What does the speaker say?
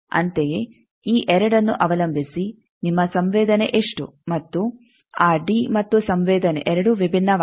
ಅಂತೆಯೇ ಈ 2 ಅನ್ನು ಅವಲಂಬಿಸಿ ನಿಮ್ಮ ಸಂವೇದನೆ ಎಷ್ಟು ಮತ್ತು ಆ ಡಿ ಮತ್ತು ಸಂವೇದನೆ ಎರಡೂ ವಿಭಿನ್ನವಾಗಿವೆ